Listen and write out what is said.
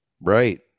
Right